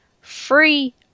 free